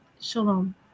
Shalom